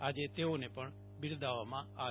આજે તેઓને પણ બિરદાવવામાં આવી